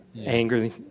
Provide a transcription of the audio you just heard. angry